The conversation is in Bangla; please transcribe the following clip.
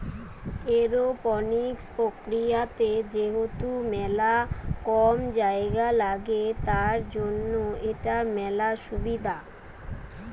এরওপনিক্স প্রক্রিয়াতে যেহেতু মেলা কম জায়গা লাগে, তার জন্য এটার মেলা সুবিধা